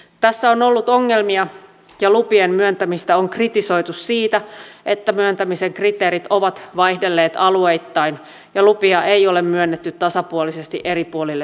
tässä on ollut ongelmia ja lupien myöntämistä on kritisoitu siitä että myöntämisen kriteerit ovat vaihdelleet alueittain ja lupia ei ole myönnetty tasapuolisesti eri puolille suomea